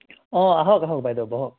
অঁ আহক আহক বাইদেউ বহক